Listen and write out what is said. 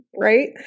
Right